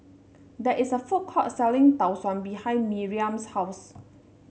there is a food court selling Tau Suan behind Miriam's house